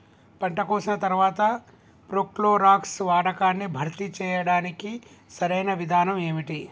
పంట కోసిన తర్వాత ప్రోక్లోరాక్స్ వాడకాన్ని భర్తీ చేయడానికి సరియైన విధానం ఏమిటి?